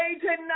tonight